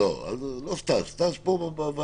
לא סטאז', סטאז' פה בוועדה.